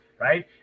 right